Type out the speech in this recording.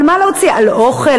על אוכל?